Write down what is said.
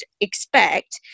expect